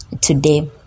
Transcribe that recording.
Today